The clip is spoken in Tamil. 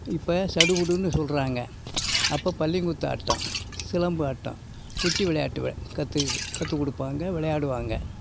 இப்ப சடுகுடுன்னு சொல்றாங்க அப்ப பள்ளிங்குத்து ஆட்டம் சிலம்பு ஆட்டம் குச்சி விளையாட்டு கற்று கற்றுக்குடுப்பாங்க விளையாடுவாங்க